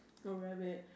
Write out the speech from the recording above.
oh rabbit